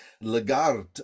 Lagarde